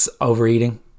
overeating